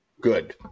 Good